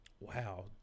Wow